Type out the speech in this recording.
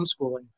homeschooling